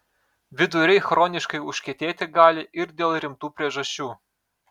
viduriai chroniškai užkietėti gali ir dėl rimtų priežasčių